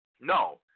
No